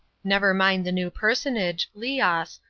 never mind the new personage leos,